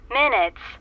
minutes